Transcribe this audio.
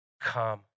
come